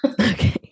Okay